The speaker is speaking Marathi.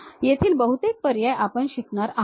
येथील बहुतेक पर्याय आपण शिकणार आहोत